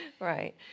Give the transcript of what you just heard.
Right